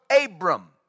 Abram